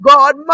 God